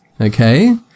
Okay